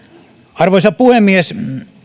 arvoisa puhemies